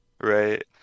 right